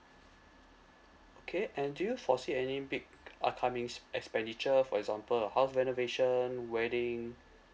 okay and do you foresee any big k~ upcoming s~ expenditure for example a house renovation wedding